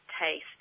taste